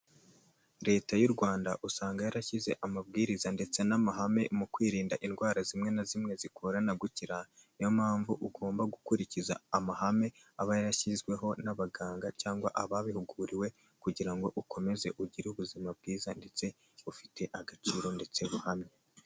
Leta y'Urwanda usanga yarashyize amabwiriza ndetse n'amahame mu kwirinda indwara zimwe na zimwe zigorana gukira, niyo mpamvu ugomba gukurikiza amahame aba yarashyizweho n'abaganga cyangwa ababihuguriwe, kugira ngo ukomeze ugire ubuzima bwiza ndetse bufite agaciro ndetse buhamye.